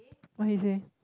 what he say